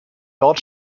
dort